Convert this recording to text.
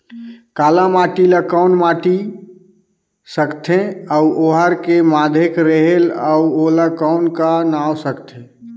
काला माटी ला कौन माटी सकथे अउ ओहार के माधेक रेहेल अउ ओला कौन का नाव सकथे?